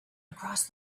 across